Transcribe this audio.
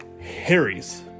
Harry's